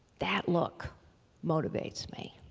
that look motivates me.